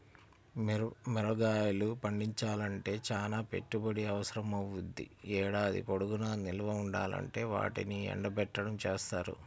మిరగాయలు పండించాలంటే చానా పెట్టుబడి అవసరమవ్వుద్ది, ఏడాది పొడుగునా నిల్వ ఉండాలంటే వాటిని ఎండబెట్టడం జేత్తారు